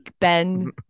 Ben